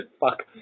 fuck